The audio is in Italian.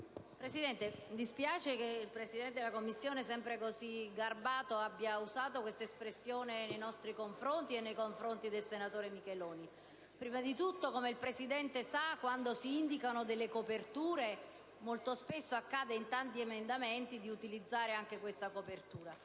Presidente, mi spiace che il presidente Tofani, sempre così garbato, abbia usato quest'espressione nei confronti nostri e del senatore Micheloni. Prima di tutto, come il presidente Tofani sa, quando si indicano coperture, molto spesso accade in tanti emendamenti di utilizzare anche questa.